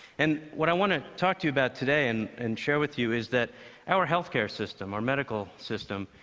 and what i want to talk to you about today, and and share with you, is that our healthcare system, our medical system,